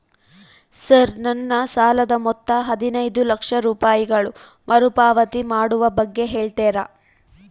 Sir ನನ್ನ ಸಾಲದ ಮೊತ್ತ ಹದಿನೈದು ಲಕ್ಷ ರೂಪಾಯಿಗಳು ಮರುಪಾವತಿ ಮಾಡುವ ಬಗ್ಗೆ ಹೇಳ್ತೇರಾ?